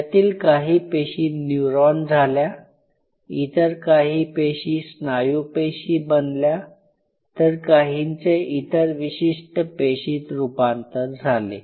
यातील काही पेशी न्यूरॉन झाल्या इतर काही पेशी स्नायू पेशी बनल्या तर काहींचे इतर विशिष्ट पेशीत रूपांतर झाले